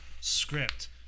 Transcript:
Script